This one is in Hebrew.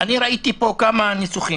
ראיתי פה כמה ניסוחים.